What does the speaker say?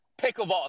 pickleball